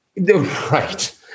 right